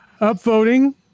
Upvoting